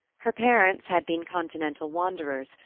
her parents had been continental wanderers,